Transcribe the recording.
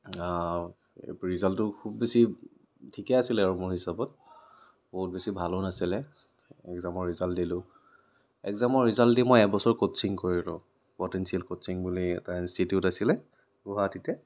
ৰিজাল্টো খুব বেছি ঠিকে আছিলে আৰু মোৰ হিচাপত বহুত বেছি ভালো নাছিলে এগ্জামৰ ৰিজাল্ট দিলোঁ এগ্জামৰ ৰিজাল্ট দি মই এবছৰ কোচিং কৰিলোঁ পটেনশ্বিয়েল কোচিং বুলি এটা ইন্সটিটিউট আছিলে গুৱাহাটীতে